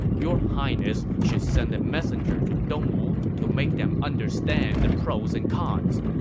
your highness should send a messenger to dongwu to make them understand the pros and cons,